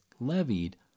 levied